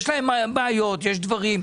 יש להם בעיות, יש דברים.